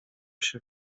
się